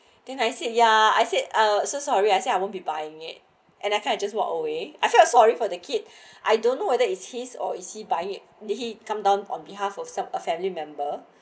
then I said ya I said I'm so sorry I say I won't be buying it and I kind of just walk away I felt sorry for the kid I don't know whether it's his or is he buying it did he come down on behalf of a family member